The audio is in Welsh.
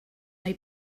wnei